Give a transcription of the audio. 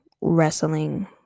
wrestling